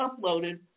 uploaded